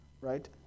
right